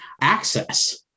access